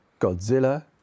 Godzilla